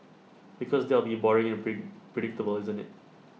because that'll be boring and prig predictable isn't IT